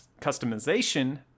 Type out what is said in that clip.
customization